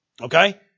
Okay